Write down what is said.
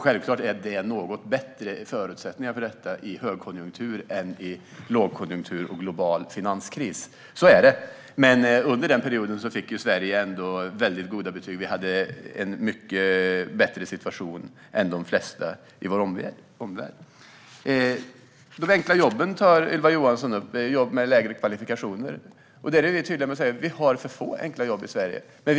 Självklart är förutsättningarna för detta något bättre i högkonjunktur än i lågkonjunktur och global finanskris. Under den perioden fick Sverige ändå väldigt goda betyg. Vi hade en mycket bättre situation än de flesta i vår omvärld. Ylva Johansson tog upp frågan om de enkla jobben - jobb med lägre kvalifikationskrav. Vi är tydliga med att det finns för få enkla jobb i Sverige.